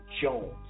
Jones